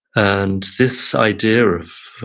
and this idea of